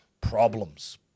problems